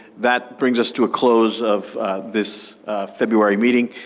that brings us to a close of this february meeting.